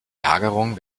lagerung